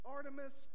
Artemis